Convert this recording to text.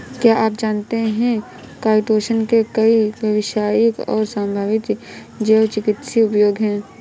क्या आप जानते है काइटोसन के कई व्यावसायिक और संभावित जैव चिकित्सीय उपयोग हैं?